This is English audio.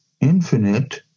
infinite